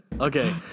Okay